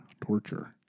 torture